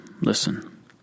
listen